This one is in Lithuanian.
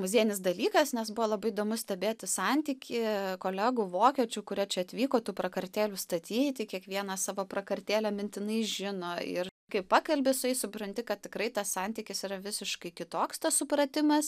muziejinis dalykas nes buvo labai įdomu stebėti santykį kolegų vokiečių kurie čia atvyko tų prakartėlių statyti kiekvieną savo prakartėlę mintinai žino ir kai pakalbi su jais supranti kad tikrai tas santykis yra visiškai kitoks tas supratimas